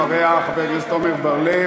אחריה, חבר הכנסת עמר בר-לב.